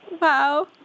wow